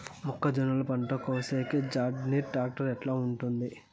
మొక్కజొన్నలు పంట కోసేకి జాన్డీర్ టాక్టర్ ఎట్లా ఉంటుంది?